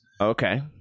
okay